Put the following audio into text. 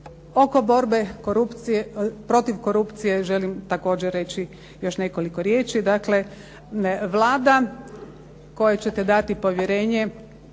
oko borbe protiv korupcije želim također reći još nekoliko riječi. Dakle Vlada kojoj ćete dati povjerenje